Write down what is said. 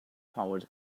power